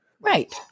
Right